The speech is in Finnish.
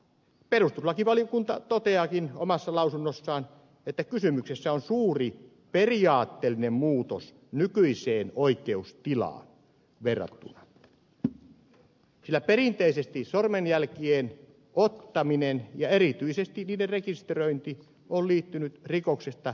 perustuslakivaliokunta toteaakin omassa lausunnossaan että kysymyksessä on suuri periaatteellinen muutos nykyiseen oikeustilaan verrattuna sillä perinteisesti sormenjälkien ottaminen ja erityisesti niiden rekisteröinti on liittynyt rikoksesta epäiltyihin henkilöihin